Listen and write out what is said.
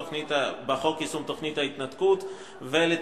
של חברת הכנסת אברהם-בלילא וקבוצת חברי כנסת,